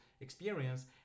experience